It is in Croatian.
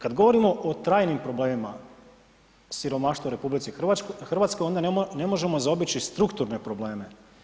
Kad govorimo o trajnim problemima siromaštva u RH onda ne možemo zaobići strukturne probleme.